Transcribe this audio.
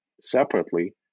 separately